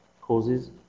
causes